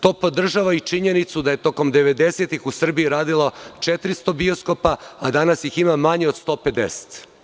To podržava i činjenicu da je tokom 90-ih u Srbiji radilo 400 bioskopa, a danas ih ima manje od 150.